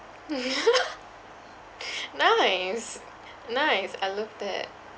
nice nice I love that